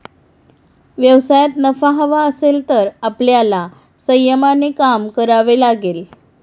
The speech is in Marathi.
व्यवसायात नफा हवा असेल तर आपल्याला संयमाने काम करावे लागेल